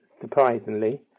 surprisingly